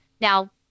Now